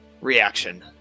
reaction